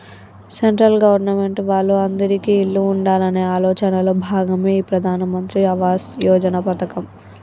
central government వాళ్ళు అందిరికీ ఇల్లు ఉండాలనే ఆలోచనలో భాగమే ఈ ప్రధాన్ మంత్రి ఆవాస్ యోజన పథకం